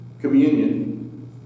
communion